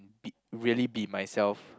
be really be myself